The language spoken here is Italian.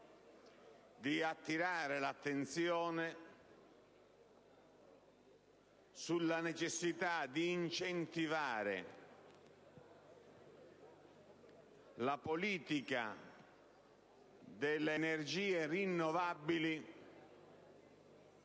di attirare l'attenzione sulla necessità di incentivare la politica delle energie rinnovabili